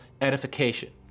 edification